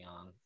on